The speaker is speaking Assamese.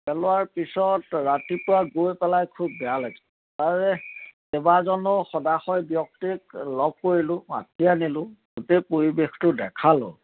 পেলোৱাৰ পিছত ৰাতিপুৱা গৈ পেলাই খুব বেয়া লাগিছে তাৰে কেইবাজনো সদাশয় ব্যক্তিক লগ কৰিলোঁ মাতি আনিলোঁ গোটেই পৰিৱেশটো দেখালোঁ